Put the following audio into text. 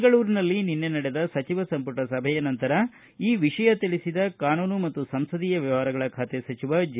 ಬೆಂಗಳೂರಿನಲ್ಲಿ ನಿನ್ನೆ ನಡೆದ ಸಚಿವ ಸಂಪುಟ ಸಭೆಯ ನಂತರ ಬೆಂಗಳೂರಿನಲ್ಲಿ ಈ ವಿಷಯ ತಿಳಿಸಿದ ಕಾನೂನು ಮತ್ತು ಸಂಸದೀಯ ವ್ಯವಹಾರಗಳ ಖಾತೆ ಸಚಿವ ಜೆ